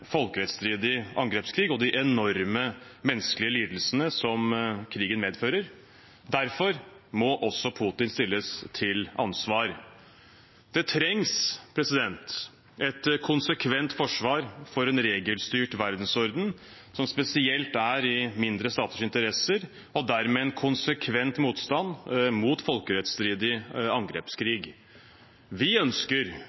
folkerettsstridig angrepskrig og de enorme menneskelige lidelsene som krigen medfører. Derfor må også Putin stilles til ansvar. Det trengs et konsekvent forsvar for en regelstyrt verdensorden, som spesielt er i mindre staters interesse, og dermed en konsekvent motstand mot folkerettsstridig